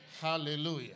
Hallelujah